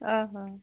ଅଃ ହ